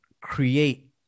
create